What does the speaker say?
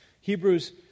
Hebrews